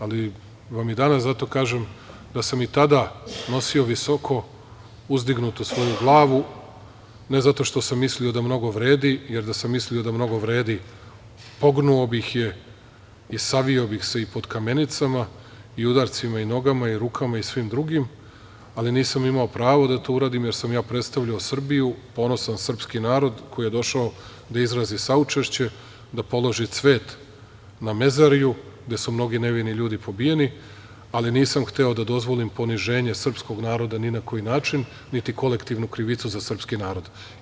Ali vam i danas zato kažem da sam i tada nosio visoko uzdignutu svoju glavu, ne zato što sam mislio da mnogo vredi, jer da sam mislio da mnogo vredi pognuo bih je i savio bih se i pod kamenicama i udarcima i nogama i rukama i svim drugim, ali nisam imao pravo da to uradim, jer sam ja predstavljao Srbiju, ponosan srpski narod koji je došao da izrazi saučešće, da položi cvet na Mezariju gde su mnogi nevini ljudi pobijeni, ali nisam hteo da dozvolim poniženje srpskog naroda ni na koji način, niti kolektivnu krivicu za srpski narod.